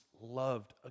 loved